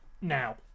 now